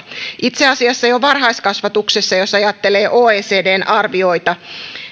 itse asiassa jo varhaiskasvatuksessa jos ajattelee oecdn arvioita